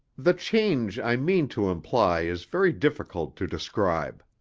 the change i mean to imply is very difficult to describe.